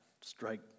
strike